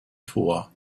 tor